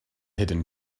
hidden